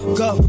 go